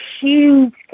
huge